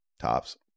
tops